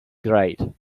great